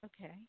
Okay